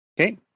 Okay